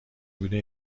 بوده